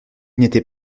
n’était